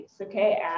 Okay